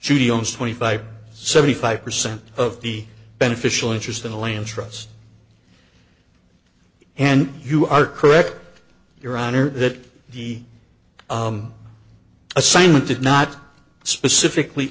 she owns twenty five seventy five percent of the beneficial interest in the land trust and you are correct your honor that the assignment did not specifically